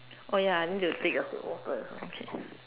oh ya I need to take a sip of water as well